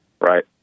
Right